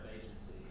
agency